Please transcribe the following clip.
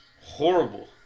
Horrible